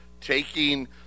taking